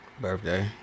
Birthday